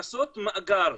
לעשות מאגר,